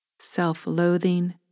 self-loathing